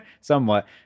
somewhat